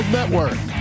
Network